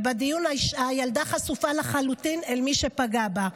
ובדיון הילדה חשופה לחלוטין אל מי שפגע בה.